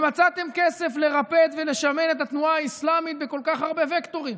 ומצאתם כסף לרפד ולשמן את התנועה האסלאמית בכל כך הרבה וקטורים.